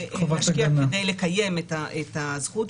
להשקיע כדי לקיים את הזכות.